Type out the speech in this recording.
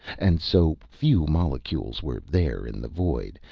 and so few molecules were there in the void,